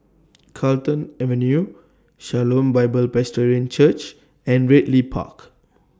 Carlton Avenue Shalom Bible Presbyterian Church and Ridley Park